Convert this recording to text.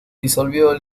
disolvió